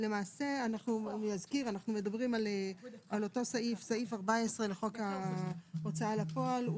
למעשה נזכיר אנו מדברים על סעיף 14 לחוק ההוצאה לפועל.